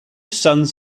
sons